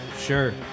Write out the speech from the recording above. Sure